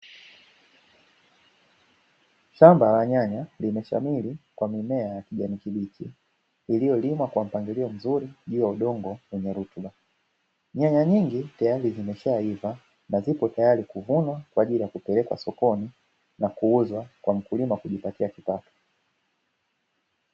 Shamba la nyanya limeshamiri kwa mimea ya kijani kibichi iliyolimwa kwa mpangilio mzuri juu ya udongo wenye rutuba. Nyanya nyingi tayari zimeshaiva na zipo tayari kuvunwa, kwa ajili ya kupelekwa sokoni na kuuzwa kwa mkulima kujipatia kipato.